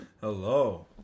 hello